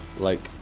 like,